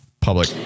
public